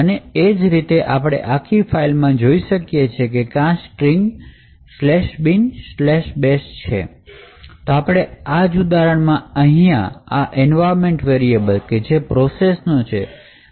અને એ જ રીતે આપણે આખી ફાઇલ માં જોઈ શકીએ કે ક્યાં સ્ટ્રિંગ binbash છે તો આપણા આ ઉદાહરણમાં અહીંયા આ એન્વાયરમેન્ટ વેરિયેબલ કે જે પ્રોસેસ નો છે ત્યાં છે